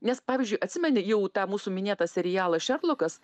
nes pavyzdžiui atsimeni jau tą mūsų minėtą serialą šerlokas